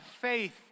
faith